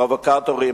פרובוקטורים,